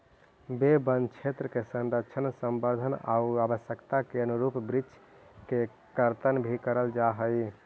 वे वनक्षेत्र के संरक्षण, संवर्धन आउ आवश्यकता के अनुरूप वृक्ष के कर्तन भी करल जा हइ